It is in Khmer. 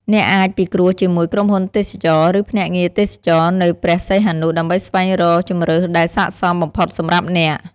អ្នកអាចពិគ្រោះជាមួយក្រុមហ៊ុនទេសចរណ៍ ឬភ្នាក់ងារទេសចរណ៍នៅព្រះសីហនុដើម្បីស្វែងរកជម្រើសដែលស័ក្តិសមបំផុតសម្រាប់អ្នក។